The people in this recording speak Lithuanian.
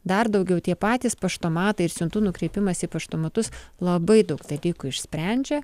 dar daugiau tie patys paštomatai ir siuntų nukreipimas į paštomatus labai daug dalykų išsprendžia